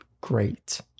Great